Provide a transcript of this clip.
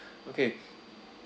okay